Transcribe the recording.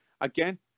Again